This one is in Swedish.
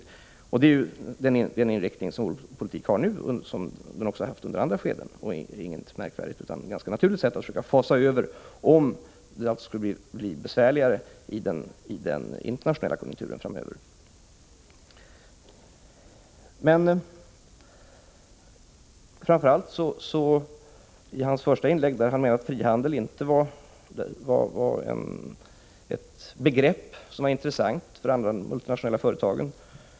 Det överensstämmer med den nuvarande politikens inriktning, vilken också har hjälpt under andra skeden. Det är inget märkligt, utan en naturlig överfasning, om det skulle bli besvärligare i den internationella konjunkturen framöver. I sitt första inlägg menade Jörn Svensson att frihandel var ett begrepp som inte var intressant för andra än de multinationella företagen.